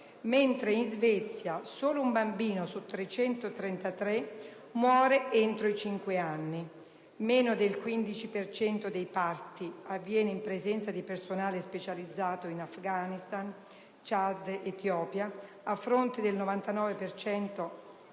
mentre in Svezia solo un bambino su 333 muore entro i cinque anni; meno del 15 per cento dei parti avviene in presenza di personale specializzato in Afghanistan, Ciad ed Etiopia a fronte del 99